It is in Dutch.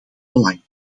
belang